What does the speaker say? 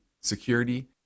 security